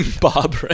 Bob